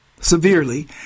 severely